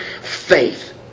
faith